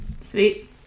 Sweet